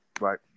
Right